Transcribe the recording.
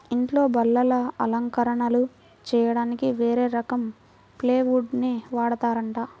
ఇంట్లో బల్లలు, అలంకరణలు చెయ్యడానికి వేరే రకం ప్లైవుడ్ నే వాడతారంట